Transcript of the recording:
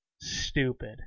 Stupid